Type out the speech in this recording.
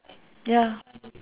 ya